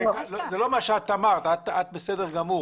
זה לא מה שאת אמרת, את בסדר גמור.